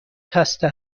خسته